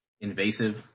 invasive